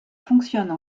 fonctionnent